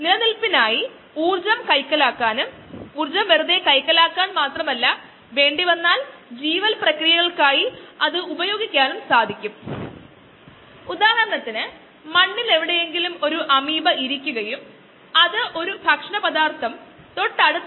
നമുക്ക് കാണാനാകുന്നതുപോലെ വയബിൾ കോശ സാന്ദ്രതയും മൊത്തം കോശങ്ങളുടെ സാന്ദ്രതയോടുകൂടിയ ഒരു നല്ല ഓവർ ലാപ്പ് ഉണ്ട് ഈ പ്രദേശത്തെക്കുറിച്ചും ഏകദേശം ഇവിടെയും വരെ ഒരു മികച്ച ഓവർ ലാപ്പ് ഉണ്ട്